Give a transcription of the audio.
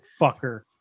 fucker